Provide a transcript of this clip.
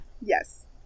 Yes